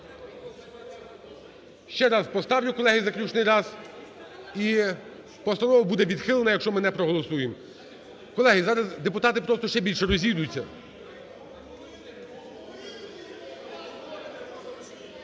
Ще раз поставлю, колеги, заключний раз, і постанова буде відхилена, якщо ми не проголосуємо. Колеги, зараз депутати просто ще більше розійдуться.